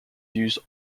used